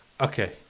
Okay